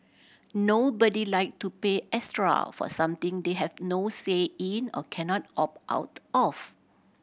nobody like to pay extra for something they have no say in or cannot opt out of